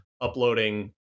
uploading